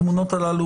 התמונות הללו,